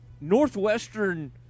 northwestern